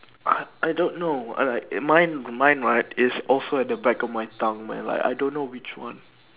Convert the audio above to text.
uh I don't know I'm like my my mind is also at the back of my tongue man like I don't know which one